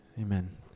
Amen